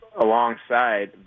alongside